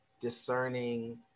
discerning